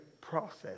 process